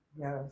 Yes